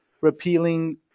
repealing